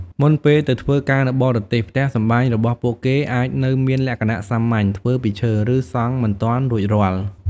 មុនពេលទៅធ្វើការនៅបរទេស ផ្ទះសម្បែងរបស់ពួកគេអាចនៅមានលក្ខណៈសាមញ្ញ ធ្វើពីឈើ ឬសង់មិនទាន់រួចរាល់។